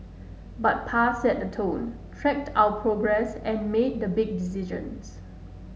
but Pa set the tone tracked our progress and made the big decisions